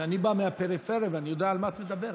ואני בא מהפריפריה ואני יודע על מה את מדברת,